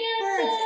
Birds